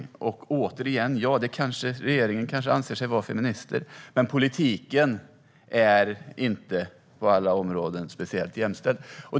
Som sagt, regeringen kanske anser sig vara feminister, men politiken är inte speciellt jämställd på alla områden.